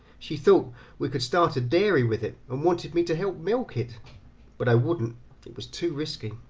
she thought we could start a dairy with it, and wanted me to help milk it but i wouldn't it was too risky.